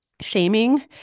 shaming